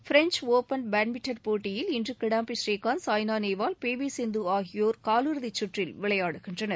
French open badminton போட்டியில் இன்று Kidambi Srikanth Saina Nehwal P V Sindhu ஆகியோர் காலிறுதிச் சுற்றில் விளையாடுகின்றனர்